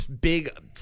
Big